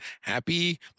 happy